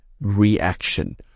reaction